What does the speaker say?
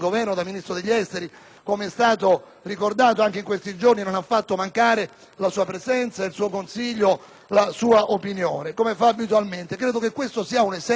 Come è stato ricordato, anche in questi giorni egli non ha fatto mancare la sua presenza, il suo consiglio e la sua opinione, come fa abitualmente. Credo che questo sia un esempio per tanti